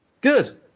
good